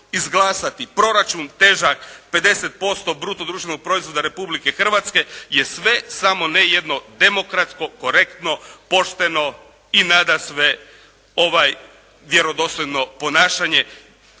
izglasati proračun težak 50% bruto društvenog proizvoda Republike Hrvatske je sve samo ne jedno demokratsko, korektno, pošteno i nadasve vjerodostojno ponašanje